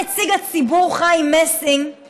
של נציג הציבור חיים מסינג,